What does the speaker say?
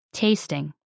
tasting